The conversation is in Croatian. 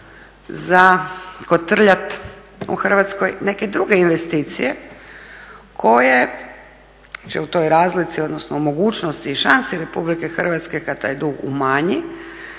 zakotrljat u Hrvatskoj neke druge investicije koje će u toj razlici, odnosno u mogućnosti i šansi Republike Hrvatske kad taj dug umanji,